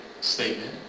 statement